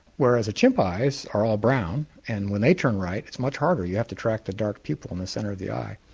whereas chimps' eyes are all brown and when they turn right it's much harder, you have to track the dark pupil in the centre of the eye.